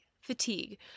fatigue